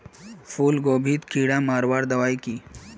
फूलगोभीत कीड़ा मारवार दबाई की?